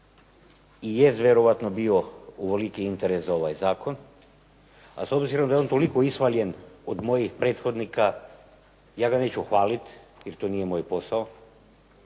i jest vjerojatno bio ovoliki interes za ovaj zakon, a s obzirom da je on toliko ishvaljen od mojih prethodnika ja ga neću hvaliti jer to nije moj posao.